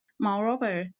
Moreover